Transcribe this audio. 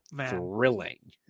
thrilling